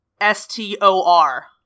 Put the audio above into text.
S-T-O-R